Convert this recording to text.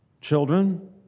children